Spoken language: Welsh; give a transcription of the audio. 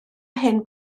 hyn